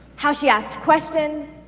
how she asked questions,